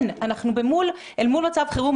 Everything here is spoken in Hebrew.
אנחנו נמצאים במצב חירום.